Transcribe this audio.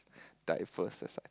diverse as I